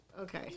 Okay